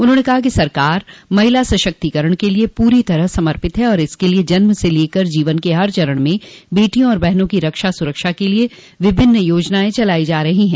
उन्होंने कहा कि सरकार महिला सशक्तिकरण के लिये पूरी तरह समर्पित है और इसके लिये जन्म से लेकर जीवन के हर चरण में बेटियों और बहनों की रक्षा सुरक्षा के लिये विभिन्न योजनाएं चलाई जा रही है